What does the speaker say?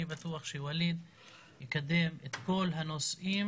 אני בטוח שווליד יקדם את כל הנושאים